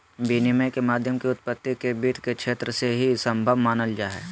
विनिमय के माध्यमों के उत्पत्ति के वित्त के क्षेत्र से ही सम्भव मानल जा हइ